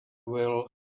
will